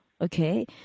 Okay